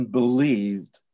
believed